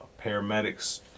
Paramedics